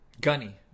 gunny